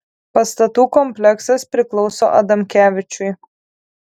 pastatų kompleksas priklauso adamkevičiui